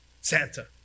Santa